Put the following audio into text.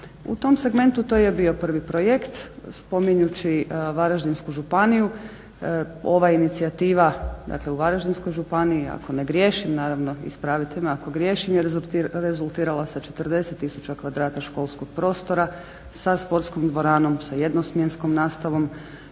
U tom segmentu to je bio prvi projekt spominjući Varaždinsku županiju. Ova inicijativa, dakle u Varaždinskoj županiji ako ne griješim naravno, ispravite me ako griješim, je rezultirala sa 40 tisuća kvadrata školskog prostora, sa sportskom dvoranom, sa jednosmjenskom nastavom